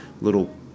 little